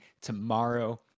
tomorrow